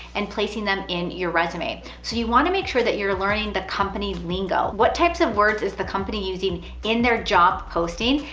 and placing them in your resume. so you wanna make sure that you're learning the company lingo. what types of words is the company using in their job posting,